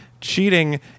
cheating